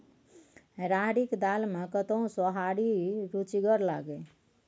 राहरिक दालि मे कतहु सोहारी रुचिगर लागय?